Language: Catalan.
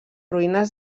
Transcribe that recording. ruïnes